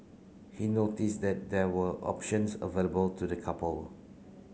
he notice that there were options available to the couple